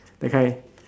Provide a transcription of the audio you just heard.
that kind